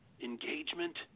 engagement